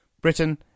Britain